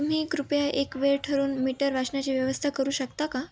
तुम्ही कृपया एक वेळ ठरवून मीटर वाचण्याची व्यवस्था करू शकता का